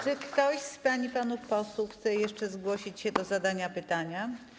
Czy ktoś z pań i panów posłów chce jeszcze zgłosić się do zadania pytania?